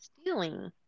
stealing